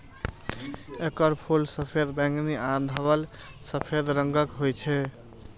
एकर फूल सफेद, बैंगनी आ धवल सफेद रंगक होइ छै